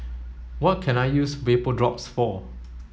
what can I use Vapodrops for